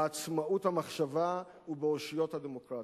בעצמאות המחשבה ובאושיות הדמוקרטיה.